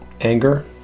anger